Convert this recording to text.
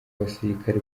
abasirikare